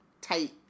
tight